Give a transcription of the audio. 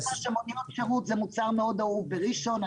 מוניות שירות זה מוצר מאוד אהוב בראשון.